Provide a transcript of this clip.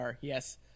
yes